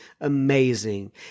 amazing